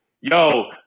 yo